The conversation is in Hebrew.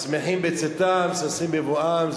שמחים בצאתם ששים בבואם.